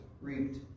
reaped